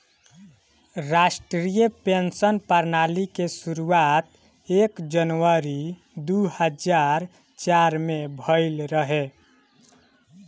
राष्ट्रीय पेंशन प्रणाली के शुरुआत एक जनवरी दू हज़ार चार में भईल रहे